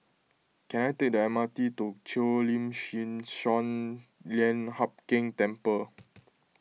can I take the M R T to Cheo Lim Chin Sun Lian Hup Keng Temple